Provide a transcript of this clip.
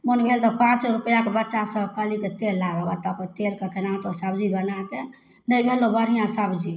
मोन भेल तऽ पाँच रुपैआके बच्चा सब कहली तऽ तेल ला गऽ बच्चा सब फेर केनाहू कऽ सब्जी बना कए नहि लेलहुॅं बढ़िऑं सब्जी